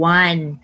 one